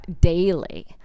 daily